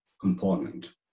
component